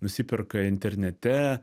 nusiperka internete